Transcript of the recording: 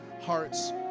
hearts